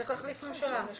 צריך להחליף ממשלה.